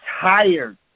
tired